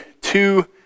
two